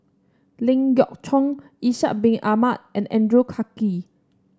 Ling Geok Choon Ishak Bin Ahmad and Andrew Clarke